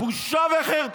בושה וחרפה.